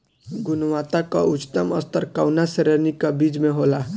गुणवत्ता क उच्चतम स्तर कउना श्रेणी क बीज मे होला?